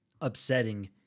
upsetting